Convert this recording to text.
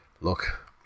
Look